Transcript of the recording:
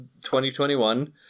2021